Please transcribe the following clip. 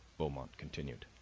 beaumont continued.